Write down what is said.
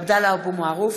(קוראת בשמות חברי הכנסת) עבדאללה אבו מערוף,